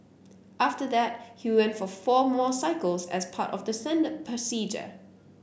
after that he went for four more cycles as part of the standard procedure